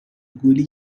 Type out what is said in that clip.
گلی